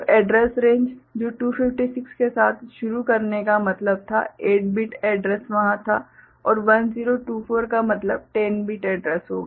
तो address range जो 256 के साथ शुरू करने का मतलब था 8 बिट एड्रैस वहाँ था और 1024 का मतलब 10 बिट एड्रैस होगा